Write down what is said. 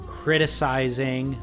criticizing